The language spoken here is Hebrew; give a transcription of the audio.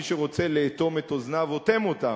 מי שרוצה לאטום את אוזניו אוטם אותן,